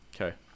Okay